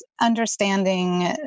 understanding